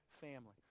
family